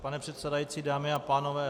Pane předsedající, dámy a pánové.